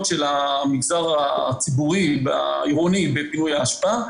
שהמגזר העירוני משלם בפינוי האשפה.